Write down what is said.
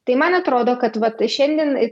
tai man atrodo kad vat šiandien